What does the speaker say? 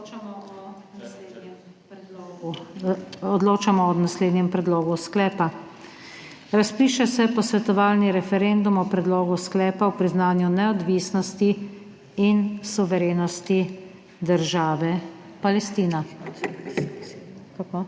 Odloča o naslednjem predlogu sklepa: Razpiše se posvetovalni referendum o predlogu sklepa o priznanju neodvisnosti in suverenosti države Palestina.